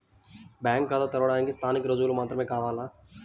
Bank ఖాతా తెరవడానికి స్థానిక రుజువులు మాత్రమే కావాలా?